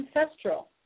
ancestral